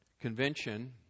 convention